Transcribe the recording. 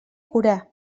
curar